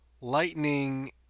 lightning